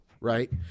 right